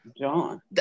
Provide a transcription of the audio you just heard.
John